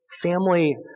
Family